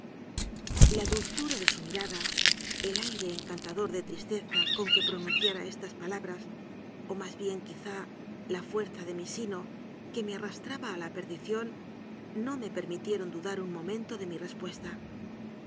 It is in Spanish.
la dulzura de su mirada el aire encantador de tristeza con que pronunciara estas palabras o más bien quizá la fuerza de mi sino que me arrastraba a la per dición no me permitieron dudar un momento de mi respuesta